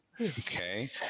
okay